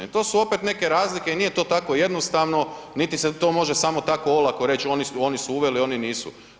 I to opet neke razlike i nije to tako jednostavno, niti se to može samo tako olako reći oni su uveli, oni nisu.